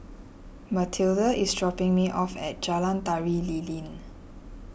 Matilda is dropping me off at Jalan Tari Lilin